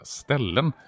ställen